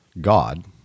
God